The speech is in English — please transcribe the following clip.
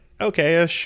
Okay